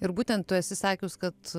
ir būtent tu esi sakius kad